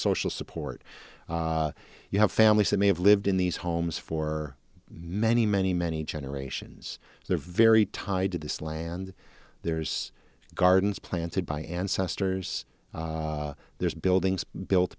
social support you have families that may have lived in these homes for many many many generations they're very tied to this land there's gardens planted by ancestors there's buildings built